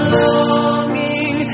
longing